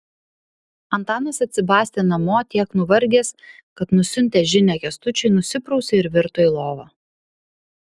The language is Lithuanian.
antanas atsibastė namo tiek nuvargęs kad nusiuntęs žinią kęstučiui nusiprausė ir virto į lovą